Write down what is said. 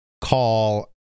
call